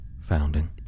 founding